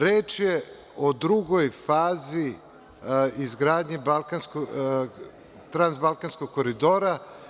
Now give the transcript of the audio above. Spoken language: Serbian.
Reč je o drugoj fazi izgradnje „Transbalkanskog koridora“